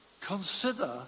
consider